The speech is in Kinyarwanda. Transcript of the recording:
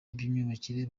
imyubakire